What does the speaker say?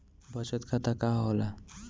बचत खाता का होला?